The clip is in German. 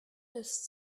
ist